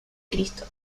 cristo